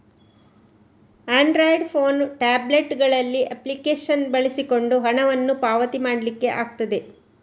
Android phone, tablet ಗಳಲ್ಲಿ application ಬಳಸಿಕೊಂಡು ಹಣವನ್ನ ಪಾವತಿ ಮಾಡ್ಲಿಕ್ಕೆ ಆಗ್ತದೆ